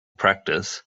practice